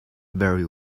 very